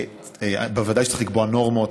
בוודאי שצריך לקבוע נורמות,